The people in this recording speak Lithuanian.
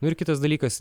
nu ir kitas dalykas